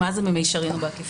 מה זה "במישרין או בעקיפין".